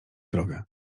drogę